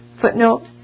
footnote